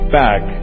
back